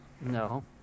No